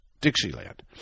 Dixieland